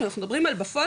כשאנחנו מדברים על בפועל,